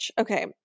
Okay